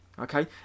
okay